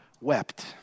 wept